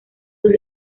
sus